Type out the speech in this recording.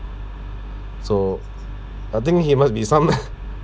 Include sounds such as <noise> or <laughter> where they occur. so I think he must be some <laughs>